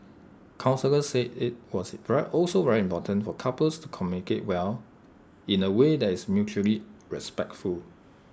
counsellor said IT was also very important for couples to communicate well in away that is mutually respectful